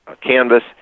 canvas